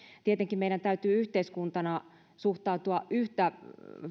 tietenkin meidän täytyy yhteiskuntana suhtautua yhtä